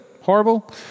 horrible